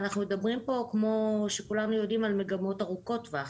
כידוע, אנחנו מדברים פה על מגמות ארוכות טווח